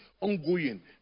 ongoing